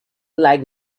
like